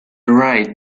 write